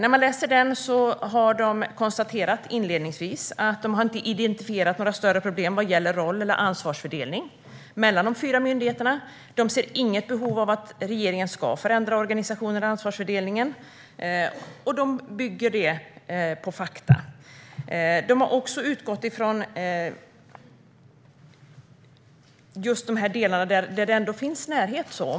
I analysen konstaterar Statskontoret inledningsvis att man inte har identifierat några större problem vad gäller roll eller ansvarsfördelning mellan de fyra myndigheterna. Man ser inget behov av att regeringen ska förändra organisationen eller ansvarsfördelningen, och man bygger det på fakta. Man har utgått från delarna där det finns närhet.